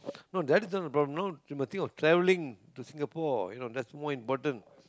no that is not the problem no you must think of travelling to Singapore you know that's more important